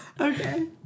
okay